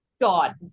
god